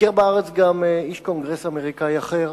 ביקר בארץ גם איש קונגרס אמריקני אחר.